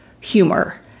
humor